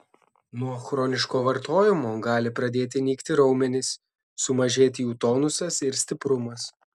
nuo chroniško vartojimo gali pradėti nykti raumenys sumažėti jų tonusas ir stiprumas